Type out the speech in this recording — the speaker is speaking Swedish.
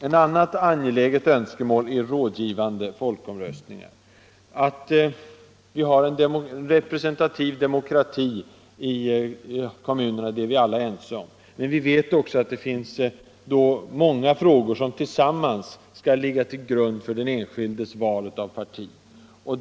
Ett annat angeläget önskemål är rådgivande folkomröstningar. Att vi skall ha en representativ demokrati i kommunerna är vi alla ense om, men vi vet också att det finns många frågor som tillsammans skall ligga till grund för den enskildes val av parti.